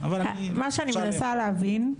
מה שאני מנסה להבין,